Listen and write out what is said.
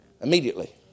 immediately